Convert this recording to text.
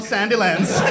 Sandylands